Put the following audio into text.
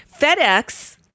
FedEx